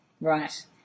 right